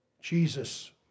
Jesus